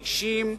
אישים,